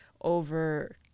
over